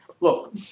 Look